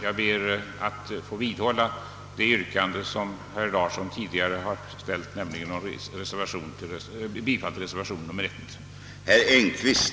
Jag ber att få biträda det yrkande som herr Larsson i Umeå tidigare har ställt, nämligen om bifall till reservation nr 1.